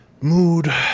mood